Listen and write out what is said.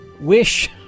wish